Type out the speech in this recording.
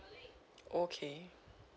okay